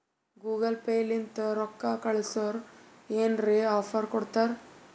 Google Pay ಲಿಂತ ರೊಕ್ಕಾ ಕಳ್ಸುರ್ ಏನ್ರೆ ಆಫರ್ ಕೊಡ್ತಾರ್